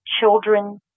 Children